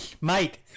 Mate